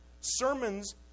Sermons